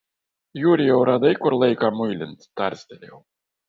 jurijau radai kur laiką muilint tarstelėjau